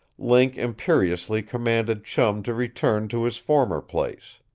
link imperiously commanded chum to return to his former place.